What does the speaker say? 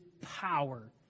power